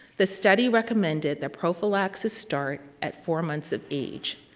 this study recommended that prophylaxis start at four months of age.